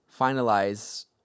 finalize